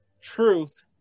truth